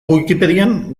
wikipedian